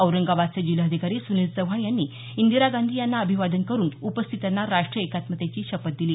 औरंगाबादचे जिल्हाधिकारी सुनील चव्हाण यांनी इंदिरा गांधी यांना अभिवादन करुन उपस्थितांना राष्ट्रीय एकात्मतेची शपथ दिली